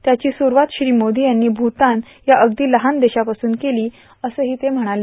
त्याची सुरूवात श्री मोदी यांनी भूतान या अगदी लहान देशापासून केली असंही ते बोलताना म्हणाले